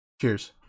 Cheers